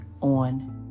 on